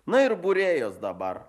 na ir būrėjos dabar